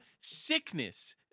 sickness